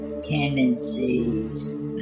tendencies